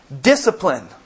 Discipline